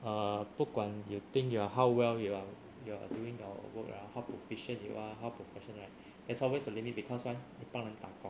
err 不管 you think you are how well you are you're doing your work ah how efficient you are how professional right there's always a limit because why 你帮人打工